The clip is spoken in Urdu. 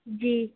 جی